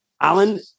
Alan